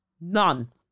none